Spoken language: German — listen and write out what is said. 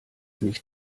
nicht